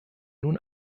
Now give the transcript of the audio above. nun